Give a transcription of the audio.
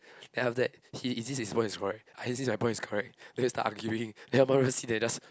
then after that he insists his point is correct I insist my point is correct then we start arguing then my mom just sit there and just